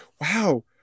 wow